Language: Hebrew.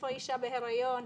איפה האישה בהיריון?